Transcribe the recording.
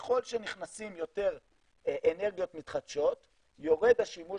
ככל שנכנסות יותר אנרגיות מתחדשות יורד השימוש